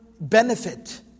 benefit